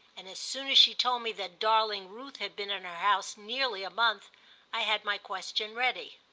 and as soon as she told me that darling ruth had been in her house nearly a month i had my question ready.